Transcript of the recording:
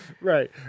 Right